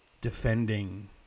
defending